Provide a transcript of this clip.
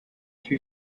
two